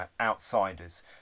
outsiders